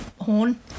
horn